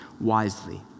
wisely